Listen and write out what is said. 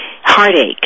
heartache